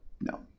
No